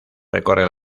recorre